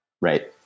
right